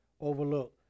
overlook